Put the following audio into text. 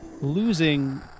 losing